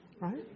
right